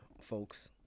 folks